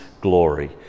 glory